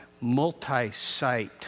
multi-site